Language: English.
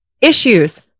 issues